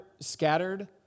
scattered